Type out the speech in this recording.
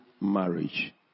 marriage